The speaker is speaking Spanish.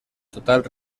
total